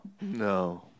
No